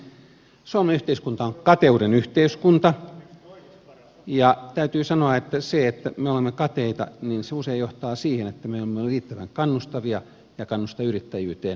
suomalainen yhteiskunta on kateuden yhteiskunta ja täytyy sanoa että se että me olemme kateita usein johtaa siihen että me emme ole riittävän kannustavia ja kannusta yrittäjyyteen